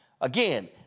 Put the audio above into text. again